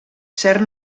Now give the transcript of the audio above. cert